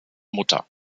mutter